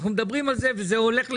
אנחנו מדברים על זה וזה הולך לביצוע,